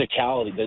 physicality